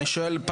אני שואל.